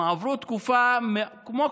הם עברו, כמו כולם,